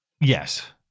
Yes